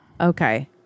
Okay